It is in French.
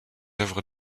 œuvres